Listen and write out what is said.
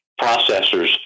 processors